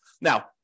Now